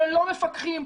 ולא מפקחים.